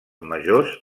majors